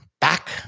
Back